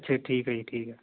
ਅੱਛਾ ਜੀ ਠੀਕ ਹੈ ਜੀ ਠੀਕ ਹੈ